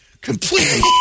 completely